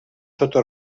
sota